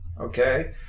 okay